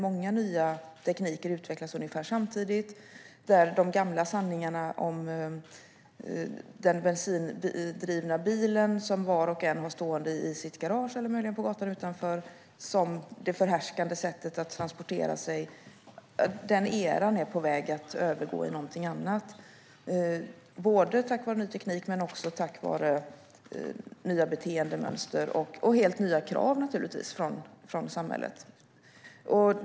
Många nya tekniker utvecklas ungefär samtidigt. De gamla sanningarna om den bensindrivna bilen som var och en har stående i sitt garage eller möjligen på gatan utanför som det förhärskande sättet att transportera sig, den eran, är på väg att övergå i någonting annat tack vare ny teknik men också nya beteendemönster och helt nya krav från samhället.